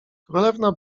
królewna